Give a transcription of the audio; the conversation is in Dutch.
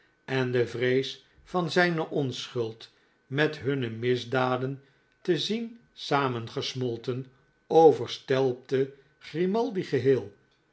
en de vrees van zijne onschuld met hunne misdaden te zien saamgesmolten overstelpte grimaldi geheel